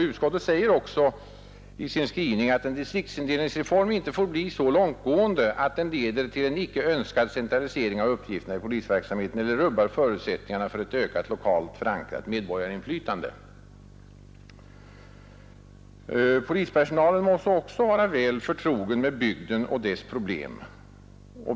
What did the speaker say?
Utskottet säger också i sin skrivning, att en distriktsindelningsreform inte får bli så långtgående att den leder till en icke önskad centralisering av uppgifterna i polisverksamheten eller rubbar förutsättningarna för ett ökat lokalt Polispersonalen måste också vara väl förtrogen med bygden och dess problem.